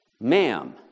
ma'am